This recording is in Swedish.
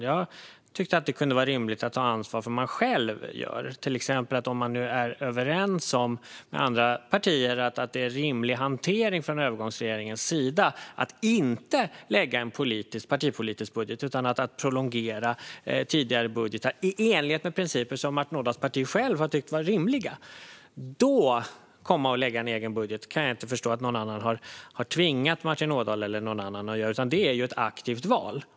Jag tycker att det kan vara rimligt att ta ansvar för vad man själv gör. Man är till exempel överens med andra partier om att det är en rimlig hantering för en övergångsregering att inte lägga fram en partipolitisk budget utan prolongera tidigare budgetar, i enlighet med principer som Martin Ådahls parti har tyckt är rimliga. Att då komma och lägga fram en egen budget kan jag inte förstå att Martin Ådahl eller någon annan har tvingats göra. Det är ett aktivt val.